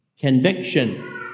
conviction